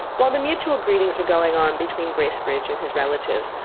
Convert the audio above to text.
while the mutual greetings were going on between bracebridge and his relatives,